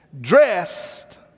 dressed